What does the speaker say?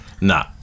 Nah